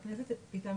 מתורגם בפייס שלנו,